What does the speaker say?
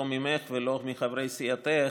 לא ממך ולא מחברי סיעתך,